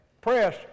press